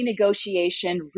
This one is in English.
renegotiation